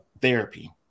therapy